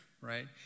right